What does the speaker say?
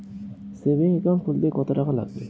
Savings account খুলতে কতটাকা লাগবে?